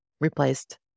replaced